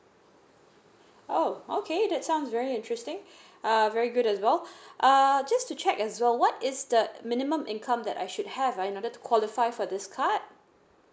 oh okay that sounds very interesting uh very good as well err just to check as well what is the minimum income that I should have in order to qualify for this card